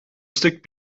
stuk